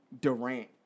Durant